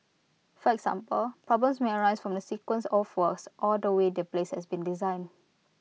for example problems may arise from the sequence of works or the way the place's been designed